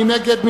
מי נגד?